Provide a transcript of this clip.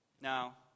Now